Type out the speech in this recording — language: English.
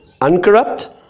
uncorrupt